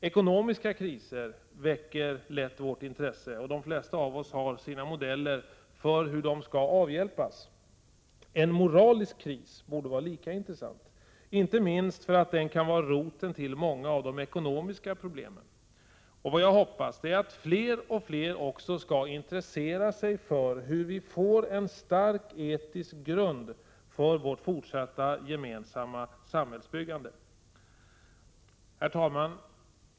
Ekonomiska kriser väcker lätt vårt intresse och de flesta av oss har sina modeller för hur de skall avhjälpas. En moralisk kris borde vara lika intressant, inte minst för att den kan vara roten till många av de ekonomiska problemen. Vad jag hoppas är att fler och fler också skall intressera sig för hur vi får en stark etisk grund för vårt fortsatta gemensamma samhällsbyggande. Herr talman!